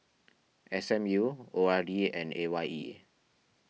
S M U O R D and A Y E